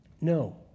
No